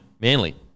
Manly